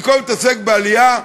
במקום להתעסק בעלייה,